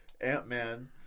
Ant-Man